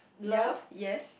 ya yes